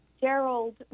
Gerald